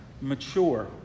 mature